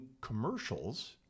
commercials